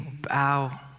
bow